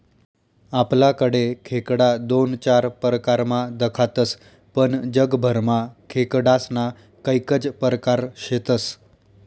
आपलाकडे खेकडा दोन चार परकारमा दखातस पण जगभरमा खेकडास्ना कैकज परकार शेतस